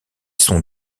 sont